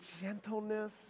gentleness